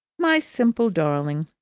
my simple darling!